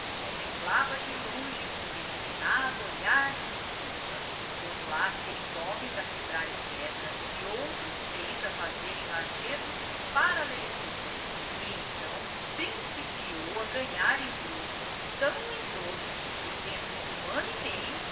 contemplava de longe com um resignado olhar de cobiça pôs lá seis homens a quebrarem pedra e outros seis a fazerem lajedos e paralelepípedos e então principiou a ganhar em grosso tão em grosso que dentro de ano e meio